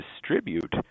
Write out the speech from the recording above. distribute